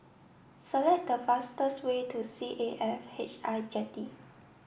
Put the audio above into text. select the fastest way to C A F H I Jetty